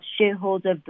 shareholder